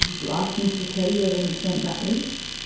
you ask mr keddie whether he sent that list?